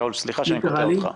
שאול, סליחה שאני קוטע אותך.